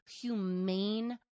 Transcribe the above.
humane